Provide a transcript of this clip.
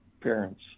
parents